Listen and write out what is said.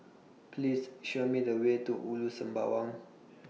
Please Show Me The Way to Ulu Sembawang